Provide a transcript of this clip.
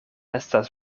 estas